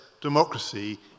democracy